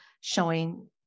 showing